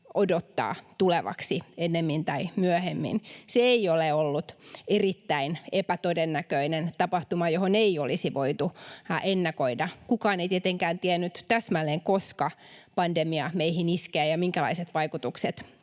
odottaa tulevaksi ennemmin tai myöhemmin. Se ei ole ollut erittäin epätodennäköinen tapahtuma, johon ei olisi voitu ennakoida. Kukaan ei tietenkään tiennyt täsmälleen, koska pandemia meihin iskee ja minkälaiset vaikutukset